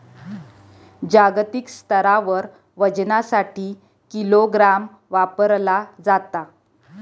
जागतिक स्तरावर वजनासाठी किलोग्राम वापरला जाता